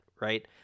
right